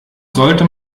sollte